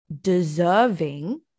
deserving